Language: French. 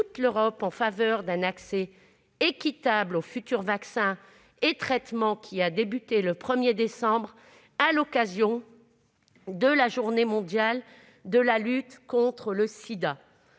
l'Europe, en faveur d'un accès équitable aux futurs vaccins et traitements qui a commencé le 1 décembre dernier, à l'occasion de la journée mondiale de lutte contre le sida.